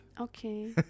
Okay